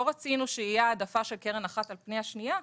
רצינו שתהיה העדפה של קרן אחת על פני השנייה,